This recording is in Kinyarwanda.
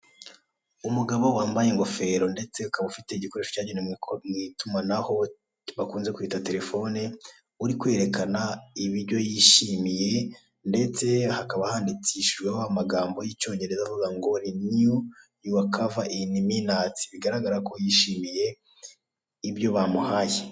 Umugabo wambaye ingofero ndetse akaba afite igikoresho cyagenewe mu itumanaho bakunze kwerekana terefone uri kwerekana ibyo yishimiye ndetse hakaba handikishijweho amagambo y'icyongereza avuga ngo riniyu yuwa kava ini minati, bigaragara ko yishimiye ibyo bamuhaye.